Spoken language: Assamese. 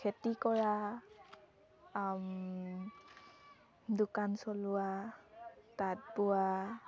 খেতি কৰা দোকান চলোৱা তাঁত বোৱা